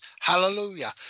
Hallelujah